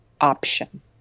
option